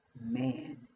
man